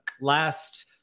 last